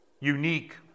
Unique